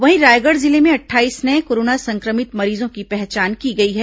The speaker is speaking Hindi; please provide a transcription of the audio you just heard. वहीं रायगढ़ जिले में अटठाईस नये कोरोना संक्रमित मरीजों की पहचान की गई है